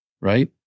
right